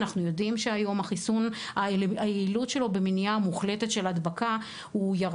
אנחנו יודעים שהיום היעילות של החיסון במניעה מוחלטת של הדבקה ירד,